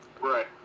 Right